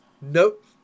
Nope